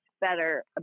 better